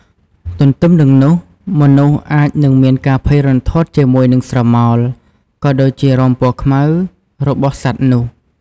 ទន្ទឹមនឹងនេះមនុស្សអាចនឹងមានការភ័យរន្ធត់ជាមួយនឹងស្រមោល ក៏ដូចជារោមពណ៌ខ្មៅរបស់សត្វនោះ។